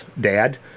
dad